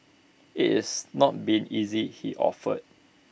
IT is not been easy he offered